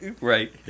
Right